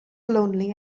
lonely